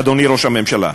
אדוני ראש הממשלה.